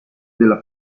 della